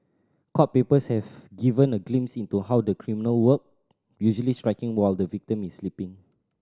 court papers have given a glimpse into how the criminal work usually striking while the victim is sleeping